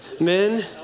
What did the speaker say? Men